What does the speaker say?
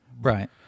Right